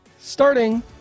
Starting